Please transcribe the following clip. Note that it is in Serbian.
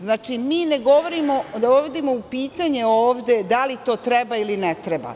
Znači, mi ne dovodimo u pitanje ovde da li to treba ili ne treba.